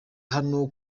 hano